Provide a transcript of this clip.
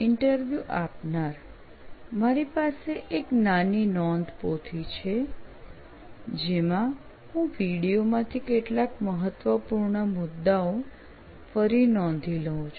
interview આપનાર મારી પાસે એક નાની નોંધપોથી છે જેમાં હું વિડિઓ માંથી કેટલાક મહત્વપૂર્ણ મુદ્દાઓ ફરી નોંધી લઉં છું